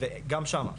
וגם שמה,